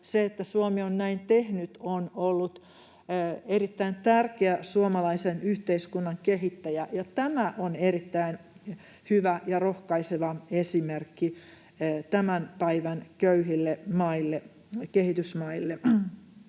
Se, että Suomi on näin tehnyt, on ollut erittäin tärkeä suomalaisen yhteiskunnan kehittäjä, ja tämä on erittäin hyvä ja rohkaiseva esimerkki tämän päivän köyhille kehitysmaille.